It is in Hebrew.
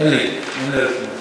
אין לי, אין לי רשימות.